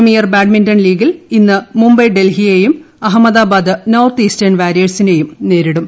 premier badminton ലീഗിൽ ്യൂ ഇന്ന് മുംബൈ ഡെൽഹിയേയും അഹമ്മദാബ്ദാദ് നോർത്ത് ഈസ്റ്റേൺ വാരിയേഴ്സിന്റേയ്ും നേരിടും